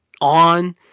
on